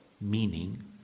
meaning